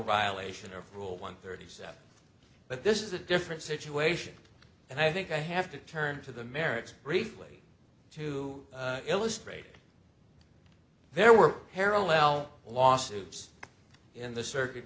violation of rule one thirty seven but this is a different situation and i think i have to turn to the merits briefly to illustrate there were parallel lawsuits in the circuit